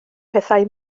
pethau